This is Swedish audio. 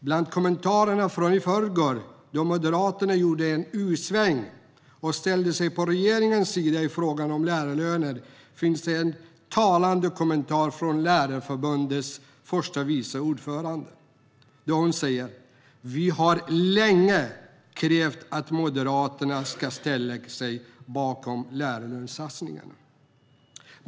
Bland kommentarerna från i förrgår, då Moderaterna gjorde en U-sväng och ställde sig på regeringens sida i frågan om lärarlöner, finns en talande kommentar från Lärarförbundets första vice ordförande. Hon säger: Vi har länge krävt att Moderaterna ska ställa sig bakom lärarlönesatsningen.